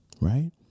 right